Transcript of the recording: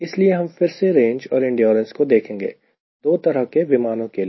इसलिए हम फिर से रेंज और इंड्योरेंस को देखेंगे दो तरह के विमानों के लिए